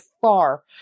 far